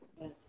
Yes